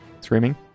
screaming